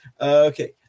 Okay